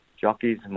jockeys